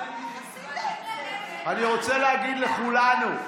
אני רוצה להגיד לכולנו,